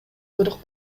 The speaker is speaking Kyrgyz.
буйрук